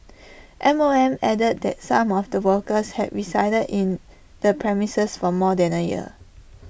M O M added that some of the workers had resided in the premises for more than A year